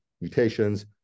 mutations